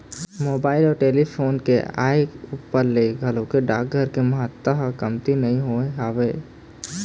mobile अउ telephone के आय ऊपर ले घलोक डाकघर के महत्ता ह कमती नइ होय हवय